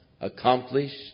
accomplished